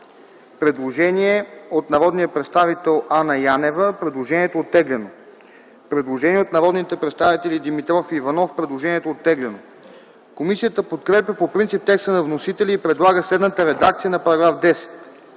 предложение от народния представител Анна Янева, което е оттеглено. Постъпило е предложение от народните представители Димитров и Иванов, което е оттеглено. Комисията подкрепя по принцип текста на вносителя и предлага следната редакция на § 10: „§ 10.